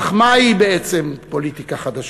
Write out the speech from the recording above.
אך מה היא בעצם פוליטיקה חדשה?